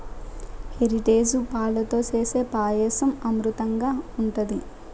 Heritage పాలతో సేసే పాయసం అమృతంనాగ ఉంటది